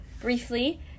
briefly